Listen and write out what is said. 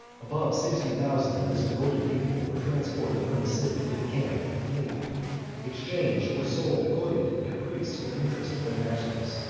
above sixty thousand of this devoted people were transported from the city to the camp and fleet exchanged or sold according to the caprice or interest of their masters,